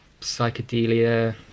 psychedelia